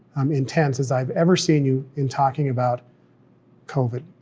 um intense, as i've ever seen you in talking about covid.